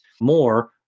more